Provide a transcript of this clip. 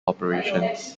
operations